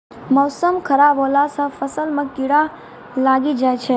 मौसम खराब हौला से फ़सल मे कीड़ा लागी जाय छै?